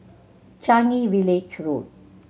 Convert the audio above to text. Changi Village Road